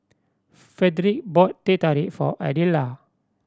Frederic bought Teh Tarik for Adela